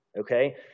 Okay